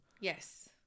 Yes